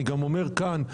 אני גם אומר כאן,